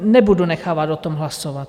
Nebudu nechávat o tom hlasovat.